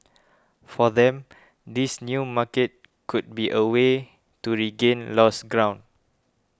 for them this new market could be a way to regain lost ground